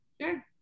Sure